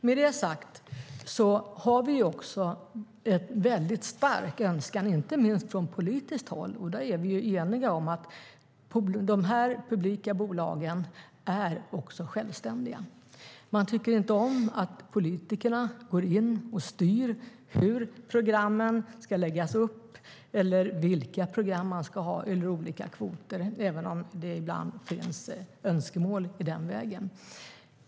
Med det sagt har vi även en stark önskan - inte minst från politiskt håll, där vi är eniga - om att de publika bolagen ska vara självständiga. Man tycker inte om att politikerna går in och styr hur programmen ska läggas upp eller vilka program det ska vara, eller att politikerna styr över olika kvoter - även om det ibland finns önskemål i den vägen.